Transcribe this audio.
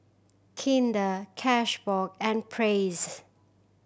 Kinder Cashbox and Praise